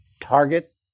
target